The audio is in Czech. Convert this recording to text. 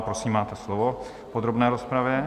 Prosím, máte slovo v podrobné rozpravě.